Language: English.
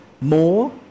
more